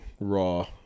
Raw